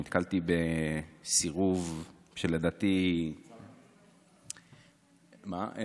נתקלתי בסירוב, שלדעתי, לא.